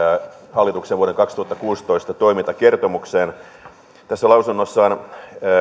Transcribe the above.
hallituksen vuoden kaksituhattakuusitoista toimintakertomukseen tässä lausunnossaan